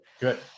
good